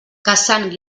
caçant